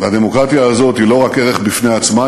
והדמוקרטיה הזאת היא לא רק ערך בפני עצמו,